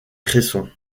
cresson